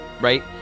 Right